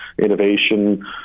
innovation